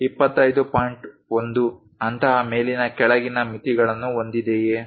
1 ಅಂತಹ ಮೇಲಿನ ಕೆಳಗಿನ ಮಿತಿಗಳನ್ನು ಹೊಂದಿದೆಯೇ